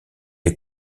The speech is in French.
les